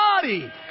body